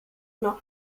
noch